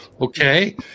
okay